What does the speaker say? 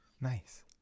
nice